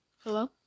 Hello